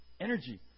Energy